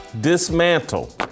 Dismantle